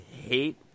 hate